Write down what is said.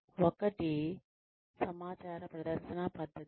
ఒకటి సమాచార ప్రదర్శన పద్ధతులు